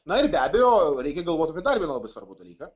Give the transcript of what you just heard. na ir be abejo reikia galvot apie dar vieną labai svarbų dalyką